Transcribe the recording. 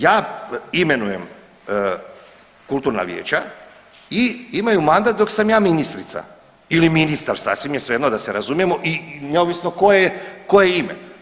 Ja imenujem kulturna vijeća i imaju mandat dok sam ja ministrica ili ministar sasvim je svejedno da se razumijemo i neovisno koje ime.